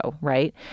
right